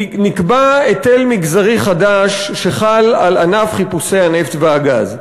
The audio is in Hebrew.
נקבע היטל מגזרי חדש שחל על ענף חיפושי הנפט והגז.